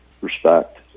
Respect